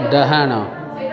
ଡାହାଣ